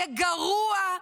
יהיה גרוע.